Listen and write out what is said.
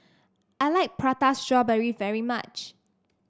I like Prata Strawberry very much